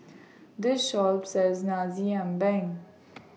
This Shop sells Nasi Ambeng